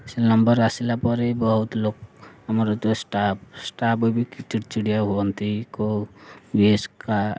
ସେ ନମ୍ବର୍ ଆସିଲା ପରେ ବହୁତ ଲୋକ ଆମର ତ ଷ୍ଟାଫ୍ ଷ୍ଟାଫ୍ ବି ଚିଡ଼ିଚିଡ଼ିଆ ହୁଅନ୍ତି କେଉଁ ଏସ୍ କ